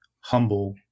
humble